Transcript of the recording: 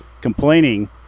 complaining